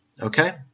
okay